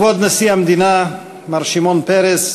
כבוד נשיא המדינה מר שמעון פרס,